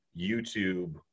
YouTube